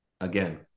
again